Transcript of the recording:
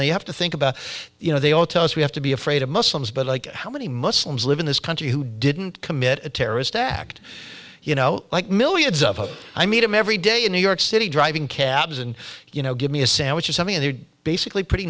soil you have to think about you know they all tell us we have to be afraid of muslims but like how many muslims live in this country who didn't commit a terrorist act you know like millions of i meet him every day in new york city driving cabs and you know give me a sandwich or something and they're basically pretty